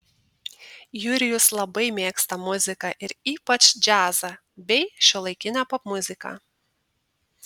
jurijus labai mėgsta muziką ir ypač džiazą bei šiuolaikinę popmuziką